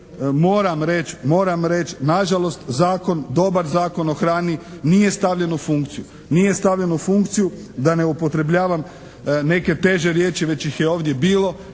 o hrani nije stavljen u funkciju. Nije stavljen u funkciju, da ne upotrebljavam neke teže riječi, već ih je ovdje bilo.